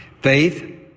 faith